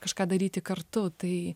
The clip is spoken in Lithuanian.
kažką daryti kartu tai